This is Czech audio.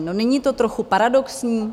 No, není to trochu paradoxní?